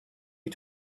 you